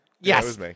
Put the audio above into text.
Yes